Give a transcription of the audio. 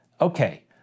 Okay